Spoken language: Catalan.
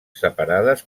separades